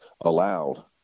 allowed